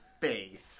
faith